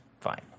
fine